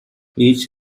each